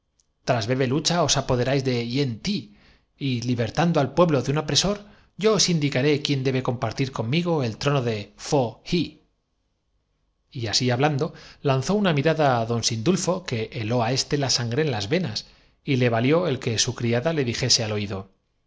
breve lucha os apoderáis de hien ti y libertando nias porque presintiendo que aún no habíais exha al pueblo de un opresor yo os indicaré quién debe lado el postrer suspiro vuestros parciales sólo aguar compartir conmigo el trono de fo hi dan á que dé principio la ceremonia para provocar la y así hablando lanzó una mirada á don sindulfo rebelión que heló á éste la sangre en las venas y le valió el que pues bien marchemos yo os guiaré al combate su criada le dijese al oído